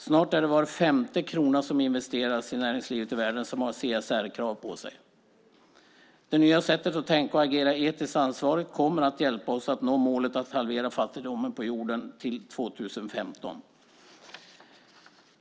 Snart har var femte krona som investeras i näringslivet i världen CSR-krav på sig. Detta nya sätt att tänka och agera etiskt ansvarigt kommer att hjälpa oss att nå målet att halvera fattigdomen på jorden till år 2015.